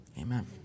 Amen